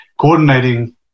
coordinating